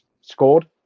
scored